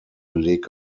beleg